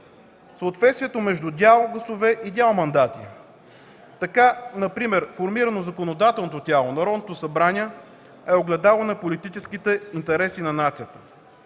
Съответствието между дял „гласове” и дял „мандати” например в така формираното законодателното тяло – Народното събрание, е огледало на политическите интереси на нацията.